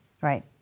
Right